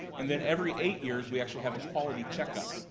and then every eight years we actually have quality check-up,